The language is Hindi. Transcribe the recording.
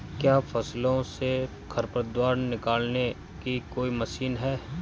क्या फसलों से खरपतवार निकालने की कोई मशीन है?